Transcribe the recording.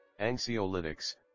Anxiolytics